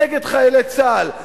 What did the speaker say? נגד חיילי צה"ל,